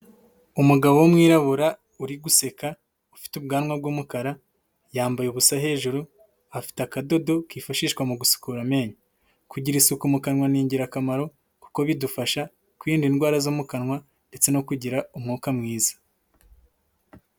Umugabo w'umwirabura uri guseka, ufite ubwanwa bw'umukara, yambaye ubusa hejuru, afite akadodo kifashishwa mu gusukura amenyo, kugira isuku mu kanwa ni ingirakamaro, kuko bidufasha kwirinda indwara zo mu kanwa, ndetse no kugira umwuka mwiza